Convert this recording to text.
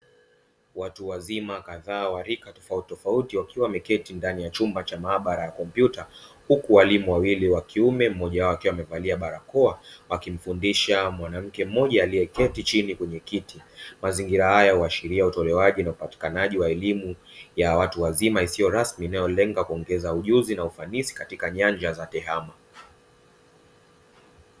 Watu wazima kadhaa wa rika tofautitofauti wakiwa wameketi ndani ya chumba cha maabara ya kompyuta huku walimu wawili wa kiume mmoja wao akiwa amevalia barakoa wakimfundisha mwanamke mmoja aliyeketi chini kwenye kiti mazingira haya uashiria utolewaji na upatikanaji wa elimu ya watu wazima isiyo rasmi inayolenga kuongeza ujuzi na ufanisi katika nyanja za tehama.